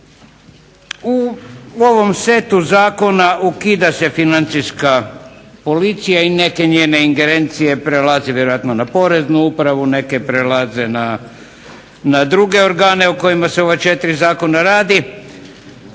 U ovom setu zakona ukida se Financijska policija i neke njene ingerencije prelaze vjerojatno na Poreznu upravu, neke prelaze na druge organe o kojima se u ova četiri zakona radi.